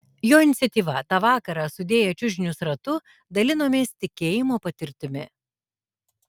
jo iniciatyva tą vakarą sudėję čiužinius ratu dalinomės tikėjimo patirtimi